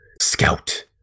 scout